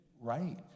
right